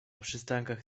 przystankach